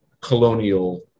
colonial